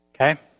Okay